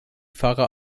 fahrer